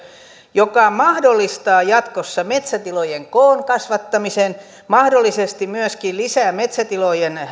joka mahdollistaa jatkossa metsätilojen koon kasvattamisen mahdollisesti myöskin lisää metsätilojen